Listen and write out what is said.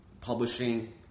publishing